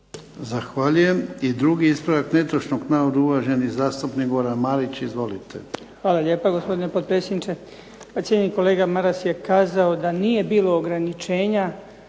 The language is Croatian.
Zahvaljujem. I drugi ispravak netočnog navoda uvaženi zastupnik Goran Marić. Izvolite. **Marić, Goran (HDZ)** Hvala lijepo gospodine potpredsjedniče. Pa cijenjeni kolega Maras je kazao da nije bilo ograničenja